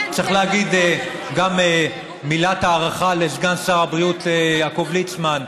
צריך להגיד גם מילת הערכה לסגן שר הבריאות יעקב ליצמן,